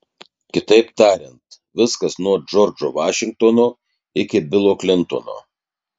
kitaip tariant viskas nuo džordžo vašingtono iki bilo klintono